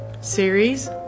series